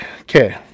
Okay